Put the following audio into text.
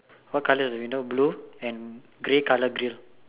what colour of the window blue and grey colour grill